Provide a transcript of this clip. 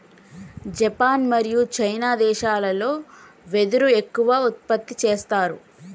Japan మరియు China దేశాలల్లో వెదురు ఎక్కువ ఉత్పత్తి చేస్తారు